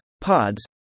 pods